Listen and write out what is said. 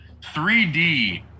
3d